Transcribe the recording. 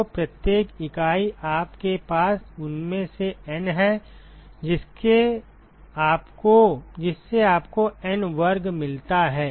तो प्रत्येक इकाई आपके पास उनमें से N है जिससे आपको N वर्ग मिलता है